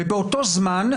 ובאותו זמן,